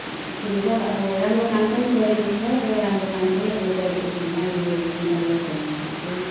के भन्छ अब राम्रो काम पनि गरेको छ र राम्रो काम पनि अब गरेको छैन यो विधायकहरूले चाहिँ